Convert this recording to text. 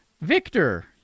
Victor